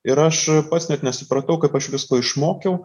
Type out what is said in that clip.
ir aš pats net nesupratau kaip aš visko išmokiau